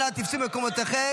אנא תפסו את מקומותיכם.